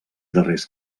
darrers